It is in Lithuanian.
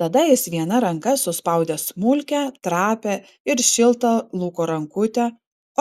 tada jis viena ranka suspaudė smulkią trapią ir šiltą luko rankutę